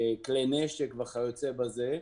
כלי נשק וכיוצא בזה.